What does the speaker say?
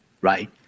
right